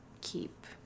keep